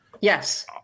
Yes